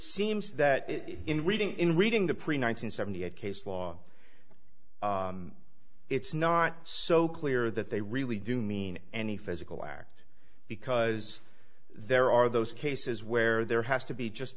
seems that it is in reading in reading the pre nine hundred seventy eight case law it's not so clear that they really do mean any physical act because there are those cases where there has to be just